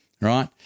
right